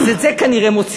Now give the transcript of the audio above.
אז את זה כנראה מוציאים.